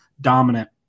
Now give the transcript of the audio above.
dominant